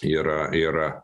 yra yra